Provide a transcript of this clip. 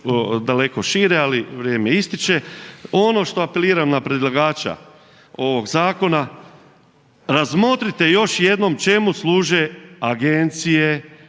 daleko šire, ali vrijeme ističe. Ono što apeliram na predlagača ovog zakona, razmotrite još jednom čemu služe agencije,